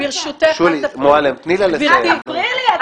ברשותך, אל תפריעי לי.